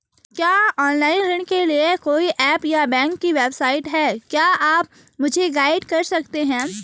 क्या ऑनलाइन ऋण के लिए कोई ऐप या बैंक की वेबसाइट है क्या आप मुझे गाइड कर सकते हैं?